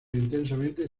intensamente